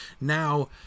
Now